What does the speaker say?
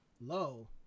low